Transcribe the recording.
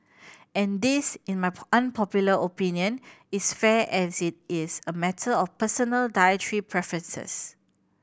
and this in my unpopular opinion is fair as it is a matter of personal dietary preferences